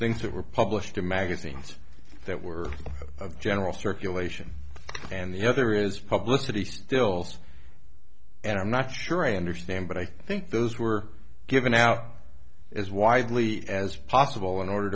things that were published in magazines that were of general circulation and the other is published but he still says and i'm not sure i understand but i think those were given out as widely as possible in order